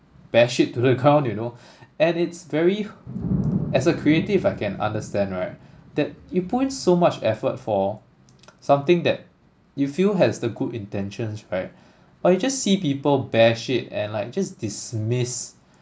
bash it to the ground you know and it's very as a creative I can understand right that you put in so much effort for something that you feel has the good intentions right but you just see people bash it and like just dismiss